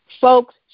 Folks